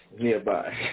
nearby